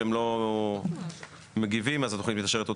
הם לא מגיבים אז התוכנית מתאפשרת אוטומטית,